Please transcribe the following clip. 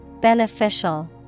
Beneficial